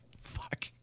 Fuck